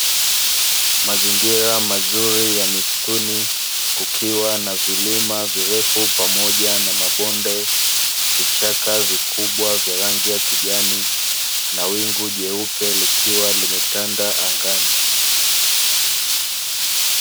Mazingira mazuri ya misituni kukiwa na vilima virefu pamoja na mabonde, vichaka vikubwa vya rangi ya kijani na wingu jeupe likiwa limetanda angani.